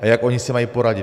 A jak oni si mají poradit?